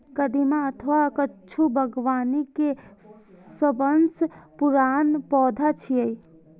कदीमा अथवा कद्दू बागबानी के सबसं पुरान पौधा छियै